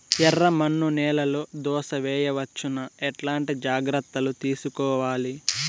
ఎర్రమన్ను నేలలో దోస వేయవచ్చునా? ఎట్లాంటి జాగ్రత్త లు తీసుకోవాలి?